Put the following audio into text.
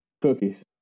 Cookies